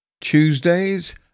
Tuesdays